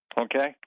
Okay